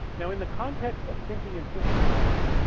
now in the context of thinking in systems skills,